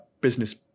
business